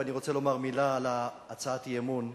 ואני רוצה לומר מלה על הצעת האי-אמון,